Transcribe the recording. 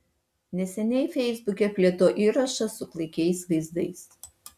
neseniai feisbuke plito įrašas su klaikiais vaizdais